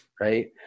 right